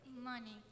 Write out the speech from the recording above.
Money